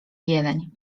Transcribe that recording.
jeleń